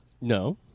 No